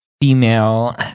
female